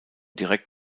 direkt